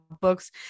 books